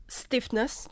stiffness